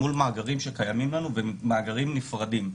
מול מאגרים שקיימים אצלנו והם מאגרים נפרדים.